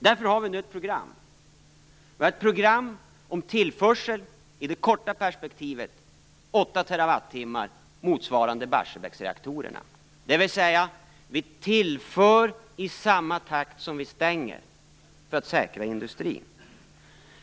Därför har vi nu ett program om tillförsel i det korta perspektivet. Det gäller 8 Twh, motsvarande Barsebäcksreaktorerna, dvs. vi tillför i samma takt som vi stänger för att säkra industrin.